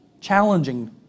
challenging